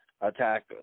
attack